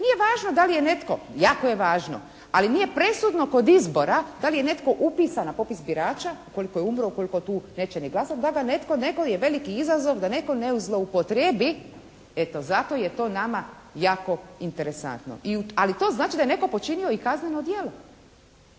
nije važno da li je netko, jako je važno, ali nije presudno kod izbora da li je netko upisan na popis birača ukoliko je umro, ukoliko tu neće ni glasati da ga netko, nego je veliki izazov da netko ne zloupotrijebi. Eto zato je to nama jako interesantno. Ali to znači da je netko počinio i kazneno djelo.